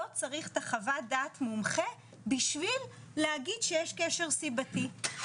לא צריך את החוות דעת מומחה בשביל להגיד שיש קשר סיבתי.